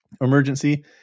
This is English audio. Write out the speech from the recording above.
emergency